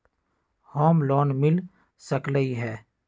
Home loan मिल सकलइ ह?